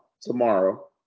tomorrow